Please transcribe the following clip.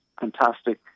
fantastic